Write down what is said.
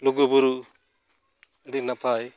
ᱞᱩᱜᱩᱵᱩᱨᱩ ᱟᱹᱰᱤ ᱱᱟᱯᱟᱭ